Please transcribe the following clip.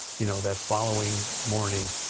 you know, that following morning,